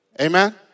Amen